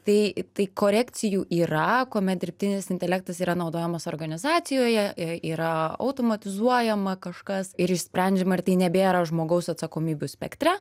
tai tai korekcijų yra kuomet dirbtinis intelektas yra naudojamas organizacijoje yra automatizuojama kažkas ir išsprendžiama ir tai nebėra žmogaus atsakomybių spektre